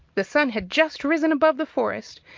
the sun had just risen above the forest,